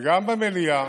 גם במליאה,